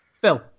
Phil